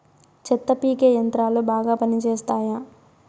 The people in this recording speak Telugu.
చెత్త పీకే యంత్రాలు బాగా పనిచేస్తాయా?